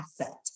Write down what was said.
asset